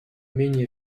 менее